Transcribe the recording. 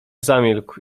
zamilkł